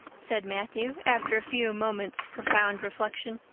said matthew after a few moments' profound reflection.